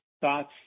thoughts